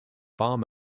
farm